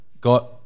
got